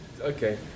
Okay